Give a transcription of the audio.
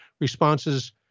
responses